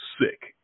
sick